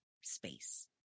space